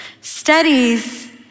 Studies